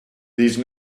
these